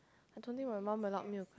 I don't think my mum will allow me to